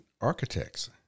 architects